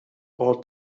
old